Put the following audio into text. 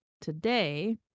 today